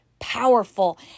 powerful